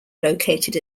located